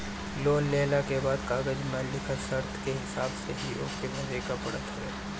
loan लेहला के बाद कागज में लिखल शर्त के हिसाब से ही ओके भरे के पड़त हवे